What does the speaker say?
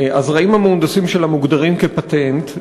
הזרעים המהונדסים שלה מוגדרים כפטנט,